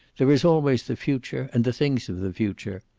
there is always the future, and the things of the future.